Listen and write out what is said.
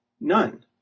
None